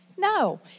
No